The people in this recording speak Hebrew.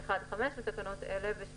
לתקנות העיקריות כתיקונה בתקנה 1(5) לתקנות אלה ו-